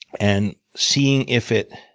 and seeing if it